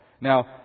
Now